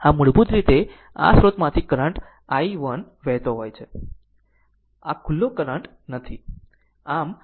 આમ મૂળભૂત રીતે આ સ્રોતમાંથી કરંટ i1 વહેતો હોય છે આ ખુલ્લો કરંટ નથી